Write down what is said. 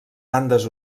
bandes